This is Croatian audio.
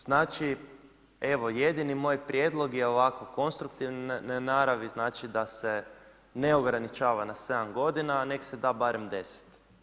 Znači evo jedini moj prijedlog je ovako konstruktivne naravi, znači da se ne ograničava na 7 godina, neka se da barem 10.